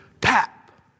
Tap